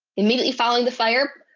immediately following the fire,